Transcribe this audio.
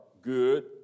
good